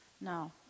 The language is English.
No